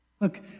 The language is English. Look